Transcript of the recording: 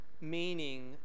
meaning